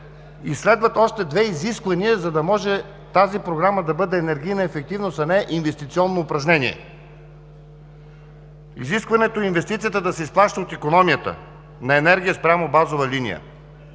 Следват още две изисквания, за да може Програмата да бъде енергийна ефективност, а не инвестиционно упражнение. Изискването е инвестицията да се изплаща от икономията на енергията спрямо базова линия.